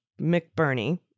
McBurney